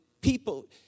People